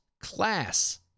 class